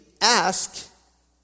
ask